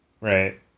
right